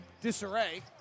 Disarray